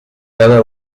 cada